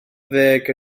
ddeg